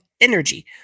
energy